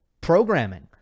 programming